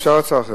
אפשר הצעה אחרת,